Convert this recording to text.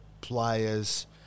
players